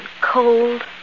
cold